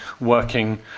working